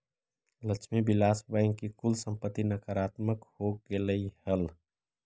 Lakshmi Vilas bank की कुल संपत्ति नकारात्मक हो गेलइ हल